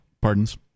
Pardons